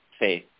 faith